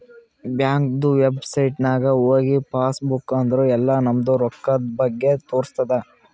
ಬ್ಯಾಂಕ್ದು ವೆಬ್ಸೈಟ್ ನಾಗ್ ಹೋಗಿ ಪಾಸ್ ಬುಕ್ ಅಂದುರ್ ಎಲ್ಲಾ ನಮ್ದು ರೊಕ್ಕಾದ್ ಬಗ್ಗೆ ತೋರಸ್ತುದ್